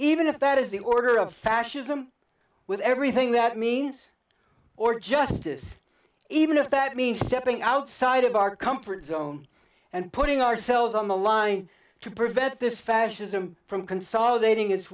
even if that is the order of fascism with everything that means or justice even if that means stepping outside of our comfort zone and putting ourselves on the line to prevent this fascism from consolidating it